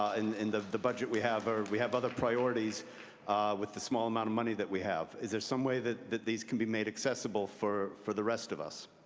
and in the the budget we have or we have other priorities with the small amount of money that we have. is there some way that that these can be made accessible for for the rest of us?